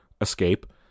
escape